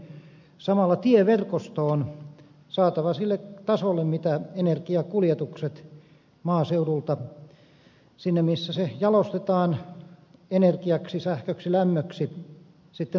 samalla tieverkosto on saatava sille tasolle jollaista energiakuljetukset maaseudulta sinne missä se jalostetaan energiaksi sähköksi lämmöksi sitten tarvitsevat